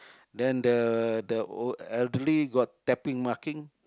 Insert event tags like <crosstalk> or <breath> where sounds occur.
<breath> then the the o~ elderly got tapping marking